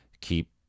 keep